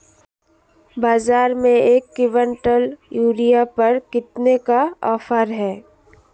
बाज़ार में एक किवंटल यूरिया पर कितने का ऑफ़र है?